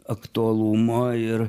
aktualumo ir